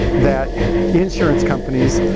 that insurance companies,